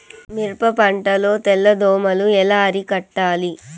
మిరప పంట లో తెల్ల దోమలు ఎలా అరికట్టాలి?